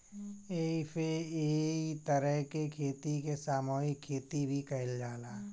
एही से इ तरह के खेती के सामूहिक खेती भी कहल जाला